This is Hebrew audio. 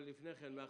אבל לפני כן,